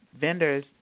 vendors